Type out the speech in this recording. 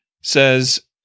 says